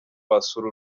wasura